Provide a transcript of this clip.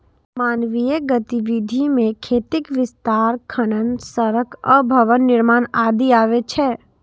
मानवीय गतिविधि मे खेतीक विस्तार, खनन, सड़क आ भवन निर्माण आदि अबै छै